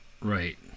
right